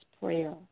prayer